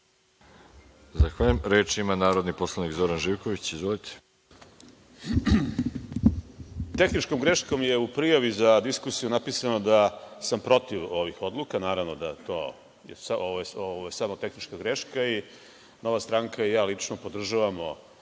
Zahvaljujem. Reč ima narodni poslanik Zoran Živković. Izvolite. **Zoran Živković** Tehničkom greškom je u prijavi za diskusiju napisano da sam protiv ovih odluka. Naravno, da je to samo tehnička greška i Nova stranka i ja lično, podržavamo